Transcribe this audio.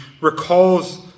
recalls